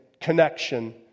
connection